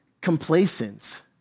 complacent